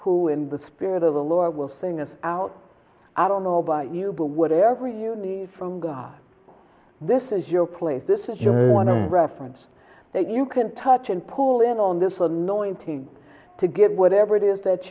who in the spirit of the lord will sing us out i don't know about you but whatever you need from god this is your place this is your one a reference that you can touch and pull in on this annoying team to get whatever it is that